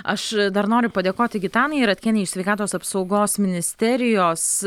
aš dar noriu padėkoti gitanai ratkienei iš sveikatos apsaugos ministerijos